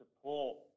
support